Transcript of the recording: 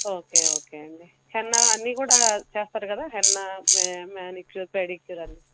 okay okay అండి henna అన్నీ కూడా చేస్తారు కదా హెన్నా మ్యా మ్యానిక్యూర్ పెడిక్యూర్